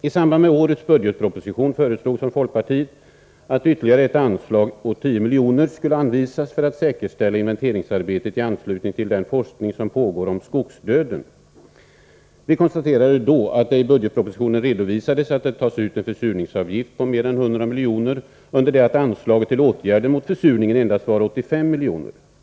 I samband med årets budgetproposition föreslogs från folkpartiet att ett ytterligare anslag på 10 milj.kr. skulle anvisas för att inventeringsarbetet i anslutning till den forskning som pågår om skogsdöden skulle säkerställas. Vi konstaterade då att i budgetpropositionen redovisades att det tas ut en försurningsavgift på mer än 100 milj.kr., under det att anslaget till åtgärder mot försurningen var endast 85 milj.kr.